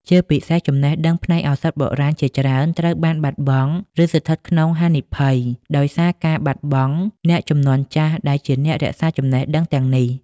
ជាពិសេស ចំណេះដឹងផ្នែកឱសថបុរាណជាច្រើនត្រូវបានបាត់បង់ ឬស្ថិតក្នុងហានិភ័យ ដោយសារការបាត់បង់អ្នកជំនាន់ចាស់ដែលជាអ្នករក្សាចំណេះដឹងទាំងនេះ។